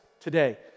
today